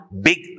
big